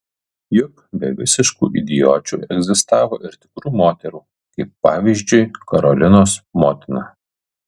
juk be visiškų idiočių egzistavo ir tikrų moterų kaip pavyzdžiui karolinos motina